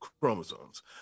chromosomes